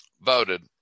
voted